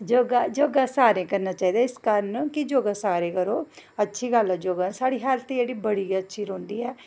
योगा सारें गी करना चाहिदा कि इस कारण योगा सारे करो अच्छी गल्ल ऐ योगा जेह्ड़ी साढ़ा हैल्थ बड़ी गै अच्छी रौंह्दी ऐ